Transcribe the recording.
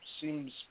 seems